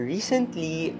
Recently